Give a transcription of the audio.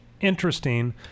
interesting